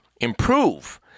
improve